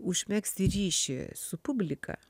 užmegzti ryšį su publika